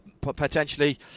potentially